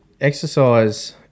exercise